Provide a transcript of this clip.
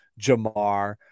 Jamar